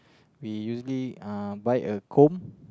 we usually uh buy a comb